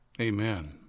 Amen